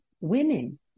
women